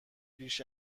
بیش